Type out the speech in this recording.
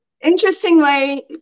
interestingly